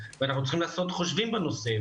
ואנחנו צריכים לעשות חושבים בנושא.